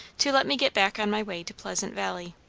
to let me get back on my way to pleasant valley.